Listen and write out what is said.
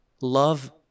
love